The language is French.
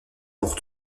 pour